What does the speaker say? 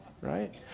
Right